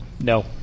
No